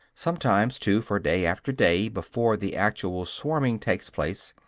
sometimes, too, for day after day before the actual swarming takes place,